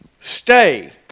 stay